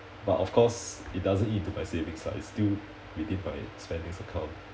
but of course it doesn't eat into my savings lah it's still within my spendings account